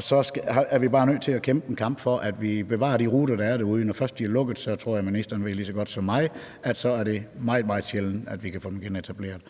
Så er vi bare nødt til at kæmpe en kamp for, at vi kan bevare de ruter, der er derude nu. Når først de er lukket, så ved ministeren lige så godt som mig, at det er meget, meget sjældent at vi kan få dem genetableret.